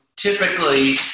typically